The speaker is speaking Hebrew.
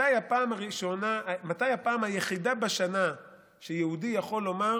מתי הפעם היחידה בשנה שבה יהודי יכול לומר: